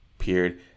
Appeared